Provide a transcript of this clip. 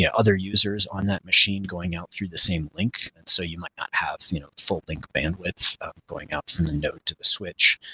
yeah other users on that machine, going out through the same link. so you might not have you know full link bandwidth going out from the node to the switch,